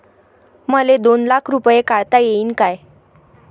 मले दोन लाख रूपे काढता येईन काय?